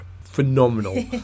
phenomenal